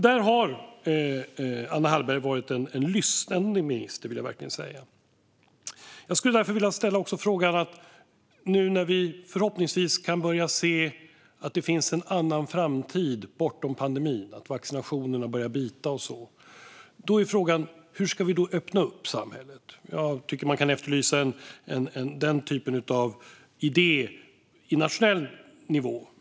Här har Anna Hallberg verkligen varit en lyssnande minister. Förhoppningsvis kan vi se en framtid bortom pandemin nu när vaccinationerna börjar verka. Hur ska vi då öppna upp samhället? Jag tycker att man kan efterlysa denna typ av idé nationellt.